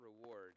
reward